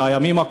אלא הימים,